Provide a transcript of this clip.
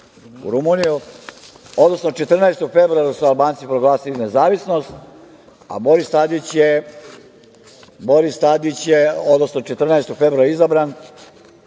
u Rumuniju, odnosno 14. februara su Albanci proglasili nezavisnost, a Boris Tadić je, odnosno 14. februara izabran,